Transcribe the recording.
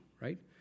right